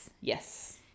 yes